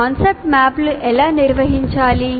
concept మ్యాప్ను ఎలా నిర్వహించాలి